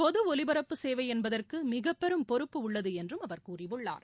பொது ஒலிபரப்பு சேவை என்பதற்கு மிகப்பெரும் பொறுப்பு உள்ளது என்றும் அவர் கூறியுள்ளார்